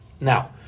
Now